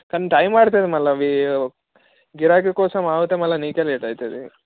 కానీ టైం పడుతుంది మళ్ళా మీ గిరాకీ కోసం ఆగుతే మళ్ళా నీకే లేట్ అవుతుంది